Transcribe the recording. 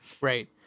right